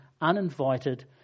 uninvited